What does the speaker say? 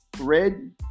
red